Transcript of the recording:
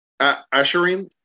Asherim